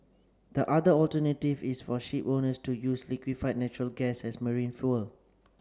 the other alternative is for shipowners to use liquefied natural gas as marine fuel